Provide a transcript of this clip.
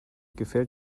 gefällt